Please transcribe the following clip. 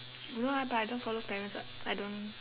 no lah but I don't follow parents [what] I don't